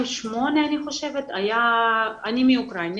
אני מאוקרינה